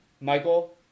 Michael